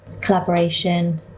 collaboration